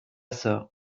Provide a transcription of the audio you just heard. sœur